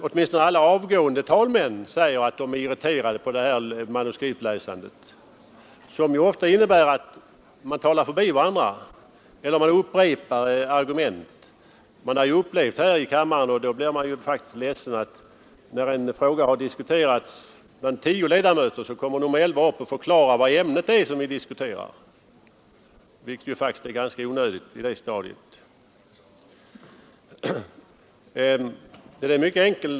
Åtminstone alla avgående talmän säger att de är irriterade på manuskriptläsandet, som ofta innebär att man talar förbi varandra eller upprepar argument. Jag har upplevt här i kammaren, när en fråga har diskuterats av tio ledamöter, att nummer elva kommer upp och förklarar vilket ämne vi diskuterar, vilket faktiskt är ganska onödigt på det stadiet!